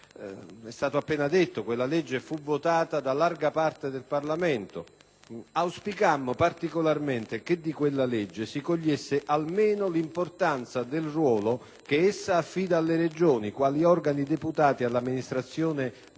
è stato appena detto, fu votata da larga parte del Parlamento. Auspicammo particolarmente che di quella legge si cogliesse almeno l'importanza del ruolo che essa affida alle Regioni, quali organi deputati all'amministrazione delle